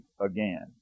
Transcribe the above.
again